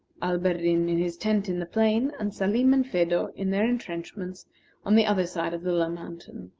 alberdin in his tent in the plain, and salim and phedo in their intrenchments on the other side of the low mountain.